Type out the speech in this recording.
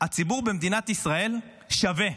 הציבור במדינת ישראל שווה: